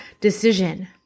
decision